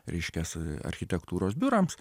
reiškias architektūros biurams